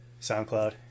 SoundCloud